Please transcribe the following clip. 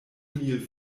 mil